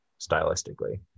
stylistically